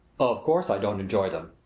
of course i don't enjoy them,